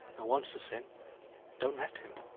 and wants to sin don't let him.